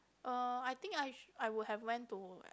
uh I think I I would have went to like